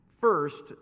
first